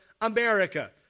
America